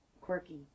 quirky